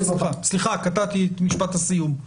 סליחה, קטעתי את משפט הסיום.